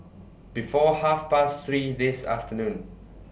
before Half Past three This afternoon